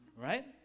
right